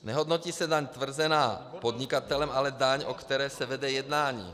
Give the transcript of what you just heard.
Nehodnotí se daň tvrzená podnikatelem, ale daň, o které se vede jednání.